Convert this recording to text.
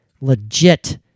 legit